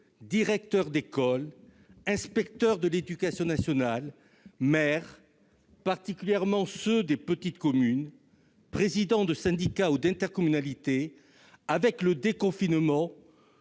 directeurs d'école, inspecteurs de l'éducation nationale, maires, en particulier ceux des petites communes, présidents de syndicat ou d'intercommunalité, tous ont et